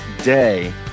day